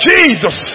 Jesus